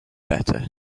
better